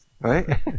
right